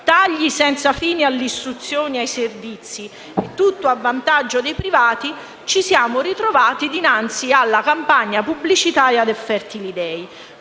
tagli senza fine all'istruzione e ai servizi, tutto a vantaggio dei privati, ci siamo ritrovati dinanzi alla campagna pubblicitaria del Fertility